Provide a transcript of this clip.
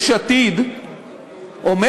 הכנסת, חבר הכנסת בר, תן לשר להשמיע את טיעוניו.